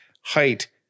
height